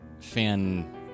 fan